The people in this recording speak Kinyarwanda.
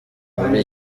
muri